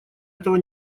этого